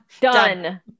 Done